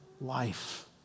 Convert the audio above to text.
life